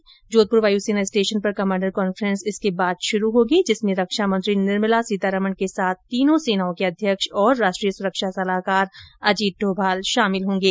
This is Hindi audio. इसके बाद जोधपुर वायु सेना स्टेशन पर कमांडर कॉन्फ्रेंस शुरू होगी जिसमें रक्षा मंत्री निर्मला सीतारमण के साथ तीनों सेनाओं के अध्यक्ष और राष्ट्रोय सुरक्षा सलाहकार अजीत डोभाल शामिल होंगे